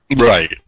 Right